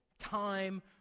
time